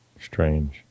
Strange